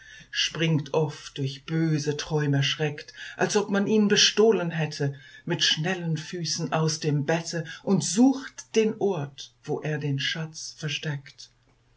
springt oft durch böse träum erschreckt als ob man ihn bestohlen hätte mit schnellen füßen aus dem bette und sucht den ort wo er den schatz versteckt